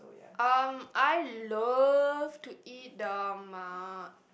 um I love to eat the ma~